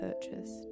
purchased